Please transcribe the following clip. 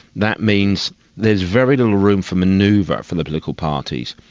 that means there is very little room for manoeuvre ah for the political parties.